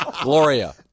Gloria